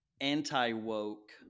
anti-woke